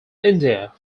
india